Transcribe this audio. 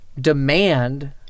demand